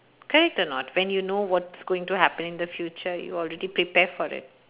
correct or not when you know what's going to happen in the future you already prepare for it